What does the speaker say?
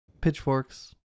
pitchforks